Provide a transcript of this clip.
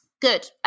Good